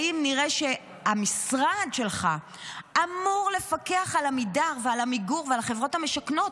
האם נראה שהמשרד שלך אמור לפקח על עמידר ועל עמיגור ועל החברות המשכנות?